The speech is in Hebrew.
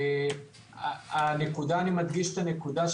אני מדגיש את הנקודה,